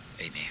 Amen